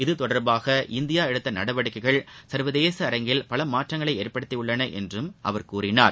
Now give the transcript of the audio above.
இது தொடர்பாக இந்தியா எடுத்த நடவடிக்கைகள் சர்வதேச அரங்கில் பல மாற்றங்களை ஏற்படுத்தி உள்ளன என்றும் அவர் கூறினார்